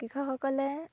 কৃষকসকলে